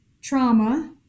trauma